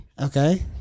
Okay